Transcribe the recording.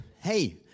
Hey